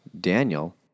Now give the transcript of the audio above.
Daniel